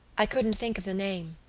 i couldn't think of the name.